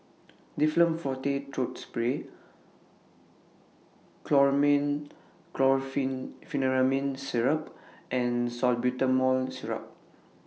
Difflam Forte Throat Spray Chlormine Syrup and Salbutamol Syrup